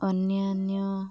ଅନ୍ୟାାନ୍ୟ